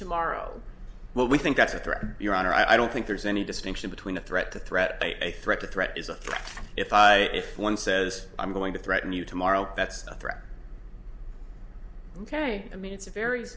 tomorrow what we think that's a threat your honor i don't think there's any distinction between a threat the threat a threat the threat is a threat if i if one says i'm going to threaten you tomorrow that's a threat ok i mean it's a very